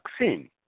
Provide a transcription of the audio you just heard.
vaccine